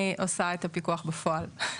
אני עושה את הפיקוח בפועל,